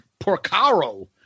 Porcaro